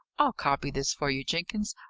i'll copy this for you, jenkins.